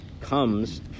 comes